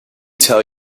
tell